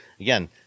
again